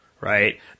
Right